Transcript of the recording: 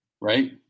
Right